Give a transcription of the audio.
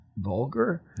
vulgar